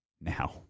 now